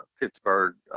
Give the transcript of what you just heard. Pittsburgh